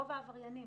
רוב העבריינים.